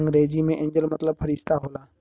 अंग्रेजी मे एंजेल मतलब फ़रिश्ता होला